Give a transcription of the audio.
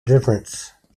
difference